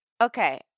Okay